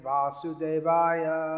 Vasudevaya